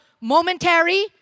momentary